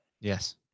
Yes